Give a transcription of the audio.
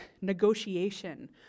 negotiation